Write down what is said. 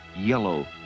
yellow